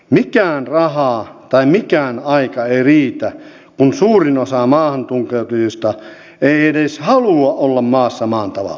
mikään raha tai mikään aika ei riitä kun suurin osa maahantunkeutujista ei edes halua olla maassa maan tavalla